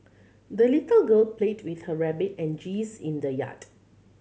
the little girl played with her rabbit and geese in the yard